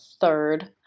third